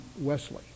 Wesley